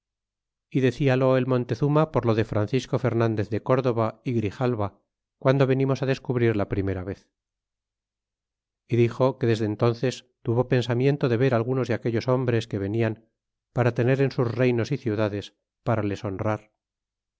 y dedal el montezuma por lo de francisco fernandez de cordova é grijalva guando venimos á descubrir la primera vez y dixo que desde entünces tuvo pensamiento de ver algunos de aquellos hombres que venian para tener en sus reynos é ciudades para les honrar